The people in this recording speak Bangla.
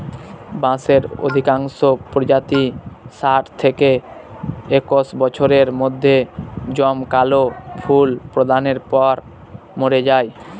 বাঁশের অধিকাংশ প্রজাতিই ষাট থেকে একশ বছরের মধ্যে জমকালো ফুল প্রদানের পর মরে যায়